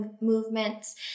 movements